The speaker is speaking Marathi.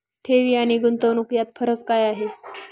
ठेवी आणि गुंतवणूक यात फरक काय आहे?